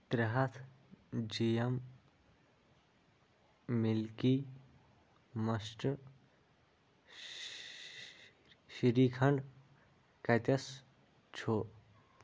ترٛےٚ ہَتھ G M مِلکی مَسٹہٕ شِریٖکھنٛڈ کَتٮ۪س چھُ